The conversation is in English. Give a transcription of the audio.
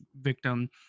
victim